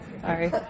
sorry